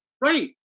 Right